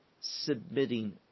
submitting